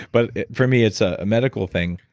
but for me, it's ah a medical thing.